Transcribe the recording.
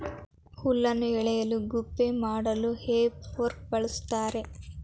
ಹುಲ್ಲನ್ನು ಎಳೆಯಲು ಗುಪ್ಪೆ ಮಾಡಲು ಹೇ ಫೋರ್ಕ್ ಬಳ್ಸತ್ತರೆ